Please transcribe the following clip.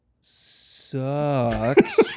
sucks